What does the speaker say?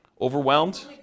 Overwhelmed